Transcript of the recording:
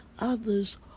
others